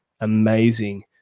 amazing